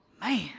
man